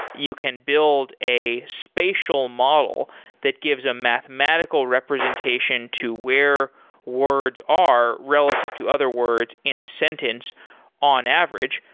you can build a spatial model that gives a mathematical representation to where words are relative to other words in a sentence on average.